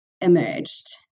emerged